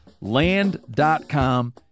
Land.com